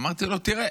אמרתי לו: תראה,